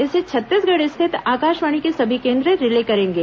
इसे छत्तीसगढ़ स्थित आकाशवाणी के सभी केंद्र रिले करेंगे